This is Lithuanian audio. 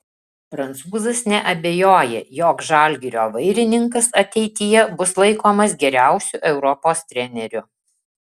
prancūzas neabejoja jog žalgirio vairininkas ateityje bus laikomas geriausiu europos treneriu